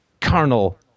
carnal